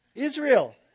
Israel